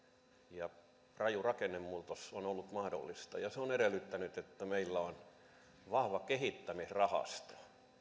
ja raju rakennemuutos on ollut mahdollista ja se on edellyttänyt että meillä on vahva kehittämisrahasto